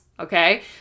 Okay